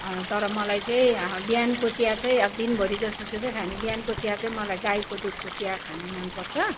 तर मलाई चाहिँ बिहानको चिया चाहिँ अब दिनभरि जस्तो सुकै खायो भने बिहानको चिया चाहिँ मलाई गाईको दुधको चिया खानु मन पर्छ